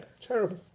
terrible